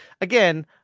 again